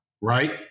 right